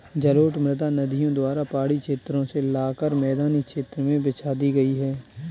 जलोढ़ मृदा नदियों द्वारा पहाड़ी क्षेत्रो से लाकर मैदानी क्षेत्र में बिछा दी गयी है